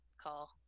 call